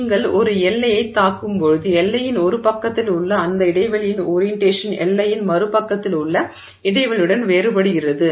நீங்கள் ஒரு எல்லையைத் தாக்கும் போது எல்லையின் ஒரு பக்கத்தில் உள்ள அந்த இடைவெளியின் ஓரியன்டேஷன் எல்லையின் மறுபுறத்தில் உள்ள இடைவெளியுடன் வேறுபடுகிறது